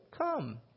come